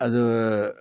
അത്